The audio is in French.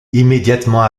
immédiatement